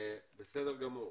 בסדר גמור.